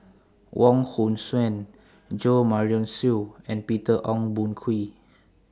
Wong Hong Suen Jo Marion Seow and Peter Ong Boon Kwee